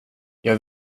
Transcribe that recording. jag